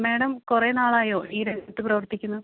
madam കുറെ നാളായോ ഈ രംഗത്ത് പ്രവർത്തിക്കുന്നത്